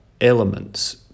elements